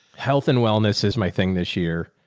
health and wellness is my thing this year.